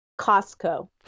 Costco